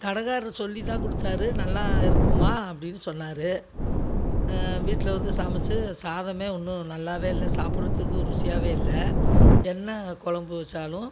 கடைக்காரரு சொல்லித்தான் கொடுத்தாரு நல்லா இருக்கும்மா அப்படினு சொன்னார் வீட்டில் வந்து சமைச்சு சாதமே ஒன்றும் நல்லாவே இல்லை சாப்பிடறத்துக்கு ருசியாகவே இல்லை என்ன குழம்பு வச்சாலும்